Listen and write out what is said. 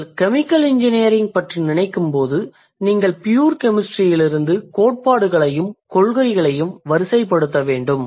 நீங்கள் chemical engineering பற்றி நினைக்கும் போது நீங்கள் பியூர் கெமிஸ்டிரியிலிருந்து கோட்பாடுகளையும் கொள்கைகளையும் வரிசைப்படுத்த வேண்டும்